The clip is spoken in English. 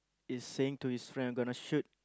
is saying to his friend I'm gonna shoot